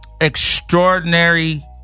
extraordinary